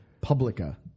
Publica